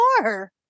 more